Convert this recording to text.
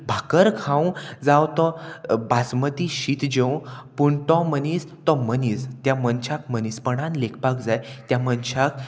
भाकर खावं जावं तो बासमती शीत जेव पूण तो मनीस तो मनीस त्या मनशाक मनीसपणान लेखपाक जाय त्या मनशाक